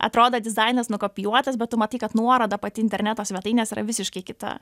atrodo dizainas nukopijuotas bet tu matai kad nuoroda pati interneto svetainės yra visiškai kita